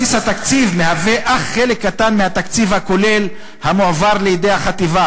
בסיס התקציב מהווה אך חלק קטן מהתקציב הכולל המועבר לידי החטיבה.